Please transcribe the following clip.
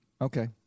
Okay